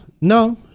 No